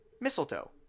Mistletoe